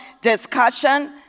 discussion